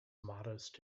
modest